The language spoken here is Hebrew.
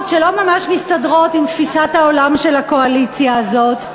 שלא ממש מסתדרות עם תפיסת העולם של הקואליציה הזאת,